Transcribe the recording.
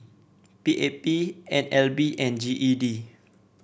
P A P N L B and G E D